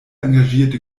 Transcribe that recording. engagierte